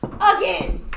again